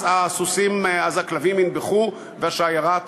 אז הכלבים ינבחו והשיירה תעבור,